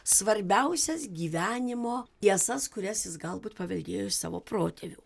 svarbiausias gyvenimo tiesas kurias jis galbūt paveldėjo iš savo protėvių